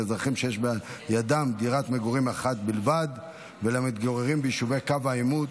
לאזרחים שיש בידם דירת מגורים אחת בלבד ולמתגוררים ביישובי קו העימות,